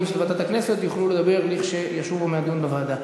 של ועדת הכנסת יוכלו לדבר כשישובו מהדיון בוועדה.